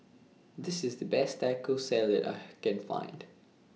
This IS The Best Taco Salad that I Can Find